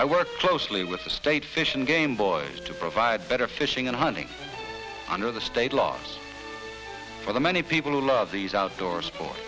i work closely with the state fish and game boys to provide better fishing and hunting under the state laws for the many people who love these outdoor sports